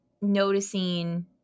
noticing